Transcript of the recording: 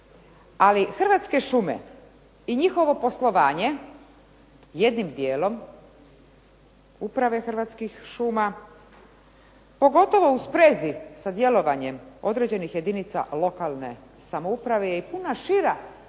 Ali Hrvatske šume i njihovo poslovanje jednim dijelom uprave Hrvatskih šuma, pogotovo u sprezi sa djelovanjem određenih jedinica lokalne samouprave je puno šira tema koja